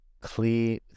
clear